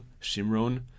Shimron